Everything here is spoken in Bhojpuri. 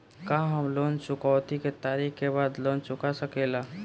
का हम लोन चुकौती के तारीख के बाद लोन चूका सकेला?